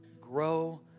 grow